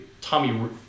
Tommy